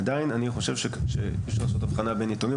עדיין אני חושב שקשה לעשות הבחנה בין יתומים.